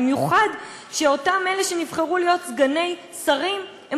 במיוחד שאותם אלה שנבחרו להיות סגני שרים הם